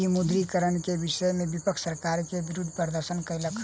विमुद्रीकरण के विषय में विपक्ष सरकार के विरुद्ध प्रदर्शन कयलक